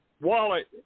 wallet